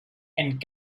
and